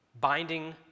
binding